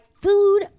food